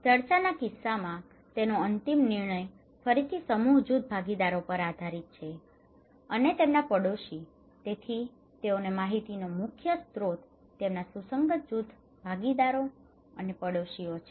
ચર્ચાના કિસ્સામાં તેનો અંતિમ નિર્ણય ફરીથી સમૂહ જૂથ ભાગીદારો પર આધારિત છે અને તેમના પડોશી તેથી તેઓને માહિતીનો મુખ્ય સ્ત્રોત તેમના સુસંગત જૂથ ભાગીદારો અને પડોશીઓ છે